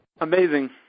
Amazing